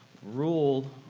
Rule